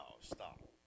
stop